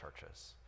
churches